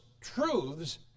truths